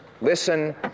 Listen